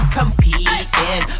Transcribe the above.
competing